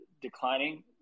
declining